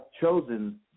chosen